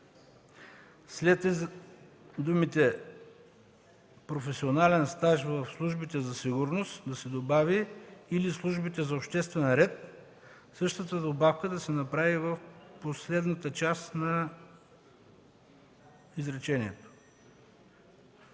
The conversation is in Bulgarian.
след думите „професионален стаж в службите за сигурност” да се добави „или службите за обществен ред”. Същата добавка да се направи в последната част на изречението.